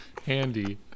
handy